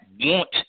want